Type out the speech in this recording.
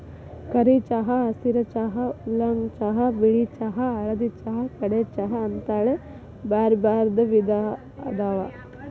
ಕರಿ ಚಹಾ, ಹಸಿರ ಚಹಾ, ಊಲಾಂಗ್ ಚಹಾ, ಬಿಳಿ ಚಹಾ, ಹಳದಿ ಚಹಾ, ಕಾಡೆ ಚಹಾ ಅಂತೇಳಿ ಬ್ಯಾರ್ಬ್ಯಾರೇ ವಿಧ ಅದಾವ